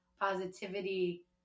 positivity